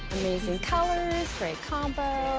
amazing colors, great combo!